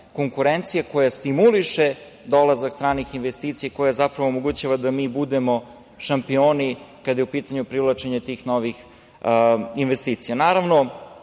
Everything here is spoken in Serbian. konkurencije, koja stimuliše dolazak stranih investicija i koja zapravo omogućava da mi budemo šampioni kada je u pitanju privlačenje tih novih investicija. Sve